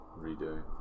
redo